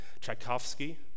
Tchaikovsky